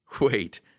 Wait